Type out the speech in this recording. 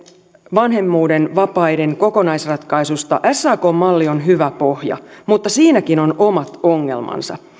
vanhemmuuden vapaiden kokonaisratkaisusta sakn malli on hyvä pohja mutta siinäkin on omat ongelmansa